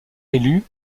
élu